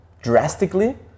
drastically